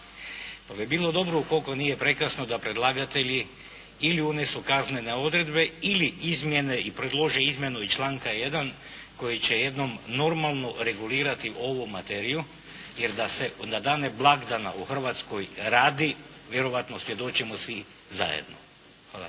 Pa bi bilo dobro ukoliko nije prekasno da predlagatelji ili unesu kaznene odredbe ili izmjene i predlože izmjenu i članka 1. koji će jednom normalno regulirati ovu materiju jer da se na dane blagdana u Hrvatskoj radi vjerojatno svjedočimo svi zajedno. Hvala.